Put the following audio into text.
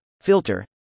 filter